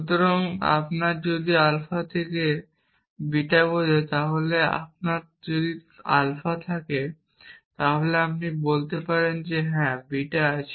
সুতরাং আপনার যদি আলফা থেকে থাকে বিটা বোঝায় তাহলে আপনার যদি আলফা থাকে তাহলে আপনি বলতে পারেন হ্যাঁ বিটা আছে